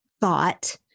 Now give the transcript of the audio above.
thought